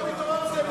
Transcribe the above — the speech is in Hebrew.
פתאום התעוררתם,